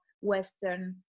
Western